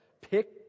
Pick